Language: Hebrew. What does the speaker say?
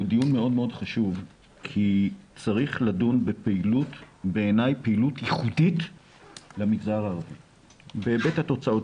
הוא דיון חשוב כי צריך לדון בפעילות ייחודית למגזר הערבי בהיבט התוצאות.